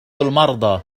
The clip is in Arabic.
المرضى